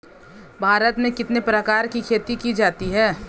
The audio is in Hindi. भारत में कितने प्रकार की खेती की जाती हैं?